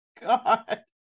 God